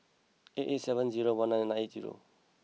eight eight seven zero one nine eight zero